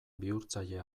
bihurtzaile